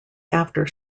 after